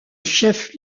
chef